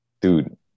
dude